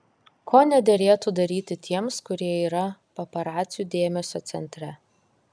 ko nederėtų daryti tiems kurie yra paparacių dėmesio centre